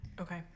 Okay